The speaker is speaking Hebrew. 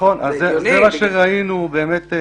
אז זה מה שראינו באמת.